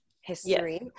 history